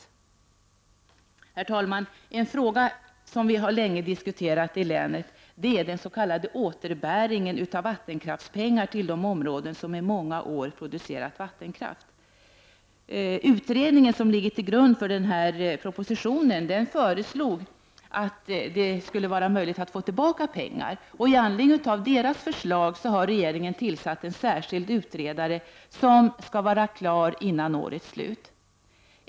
Herr talman! En fråga som vi länge har diskuterat i länet är s.k. återbäring av vattenkraftspengar till de områden som i många år producerat vattenkraft. Den utredning som ligger till grund för denna proposition föreslog att det skulle vara möjligt att få tillbaka pengar. I anledning av dess förslag har regeringen tillsatt en särskild utredare som skall vara klar med sitt arbete före årets slut.